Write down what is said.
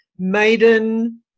Maiden